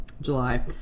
July